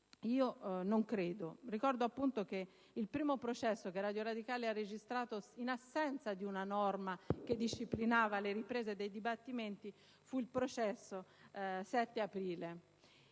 Io non credo. Ricordo che il primo processo che Radio Radicale ha registrato in assenza di una norma che disciplinava le riprese dei dibattimenti fu il processo «7 aprile»